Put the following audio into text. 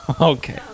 okay